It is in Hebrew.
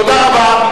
תודה רבה.